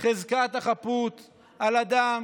חזקת החפות לאדם